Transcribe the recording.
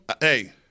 Hey